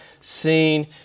seen